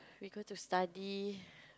we go to study